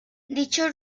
dichos